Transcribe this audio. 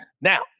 Now